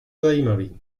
zajímavý